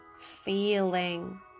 Feeling